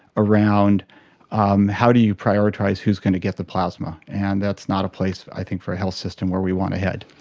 around um how do you prioritise who's going to get the plasma, and that's not a place i think for a health system where we want to head.